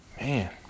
man